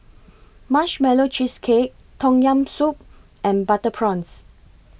Marshmallow Cheesecake Tom Yam Soup and Butter Prawns